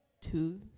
two